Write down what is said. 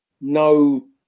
no